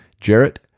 Jarrett